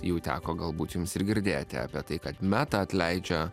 jau teko galbūt jums ir girdėti apie tai kad metą atleidžia